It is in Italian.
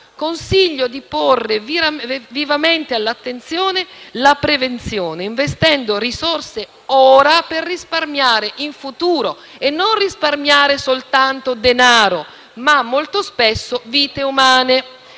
Consiglio di porre veramente attenzione alla prevenzione, investendo risorse ora per risparmiare in futuro, e non risparmiare soltanto denaro, ma molto spesso vite umane.